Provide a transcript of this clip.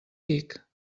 tic